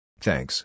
Thanks